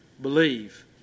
believe